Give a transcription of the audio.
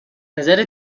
نظر